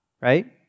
right